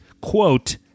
quote